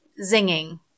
zinging